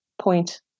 point